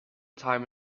time